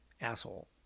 asshole